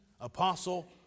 Apostle